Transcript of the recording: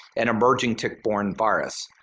an emerging tick-borne virus.